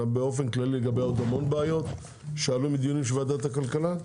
אלא באופן כללי לגבי בעיות רבות אחרות שעלו בדיונים של ועדת הכלכלה.